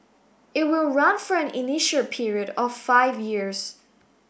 it will run for an initial period of five years